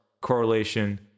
correlation